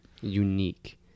unique